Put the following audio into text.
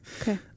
okay